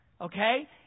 Okay